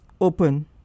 open